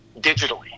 digitally